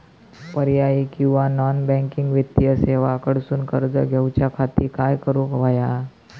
पर्यायी किंवा non banking वित्तीय सेवा कडसून कर्ज घेऊच्या खाती काय करुक होया?